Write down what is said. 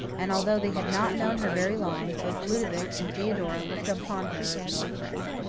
and, although they had not known her very long, both ludovic and theodora looked upon her as an old friend.